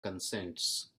consents